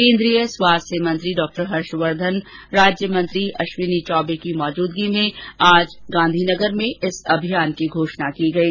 केन्द्रीय स्वास्थ्य मंत्री हर्षवर्धन राज्य मंत्री अश्विनी चौबे की मौजूदगी में आज गांधीनगर में इस अभियान की घोषणा की गयी